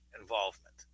involvement